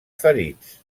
ferits